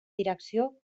direcció